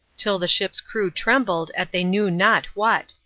till the ship's crew trembled at they knew not what.